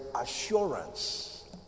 assurance